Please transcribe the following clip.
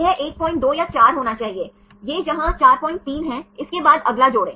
यह 12 या 4 होना चाहिए यह जहां 43 है उसके बाद अगला जोड़ें